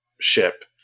ship